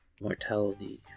Mortality